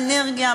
האנרגיה,